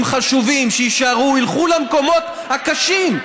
חשובים שיישארו ילכו למקומות הקשים,